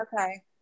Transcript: Okay